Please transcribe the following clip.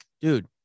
Dude